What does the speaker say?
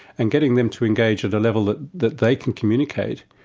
and getting them to engage at a level that that they can communicate,